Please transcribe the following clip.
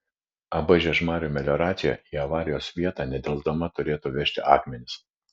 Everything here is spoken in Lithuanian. ab žiežmarių melioracija į avarijos vietą nedelsdama turėtų vežti akmenis